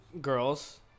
girls